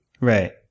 Right